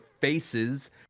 faces